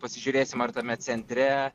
pasižiūrėsim ar tame centre